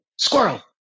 squirrel